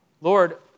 Lord